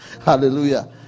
Hallelujah